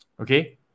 okay